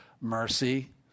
mercy